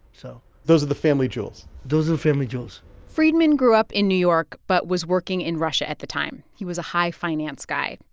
so. those are the family jewels those are the family jewels freidman grew up in new york but was working in russia at the time. he was a high finance guy.